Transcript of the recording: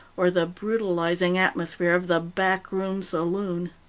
or the brutalizing atmosphere of the back-room saloon.